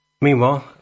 meanwhile